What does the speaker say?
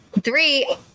Three